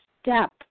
step